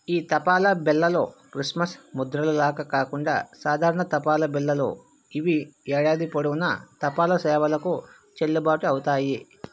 ఈ తపాలా బిళ్ళలు క్రిస్మస్ ముద్రలు లాగా కాకుండా సాధారణ తపాలా బిళ్ళలు ఇవి ఏడాది పొడవునా తపాలా సేవలకు చెల్లుబాటు అవుతాయి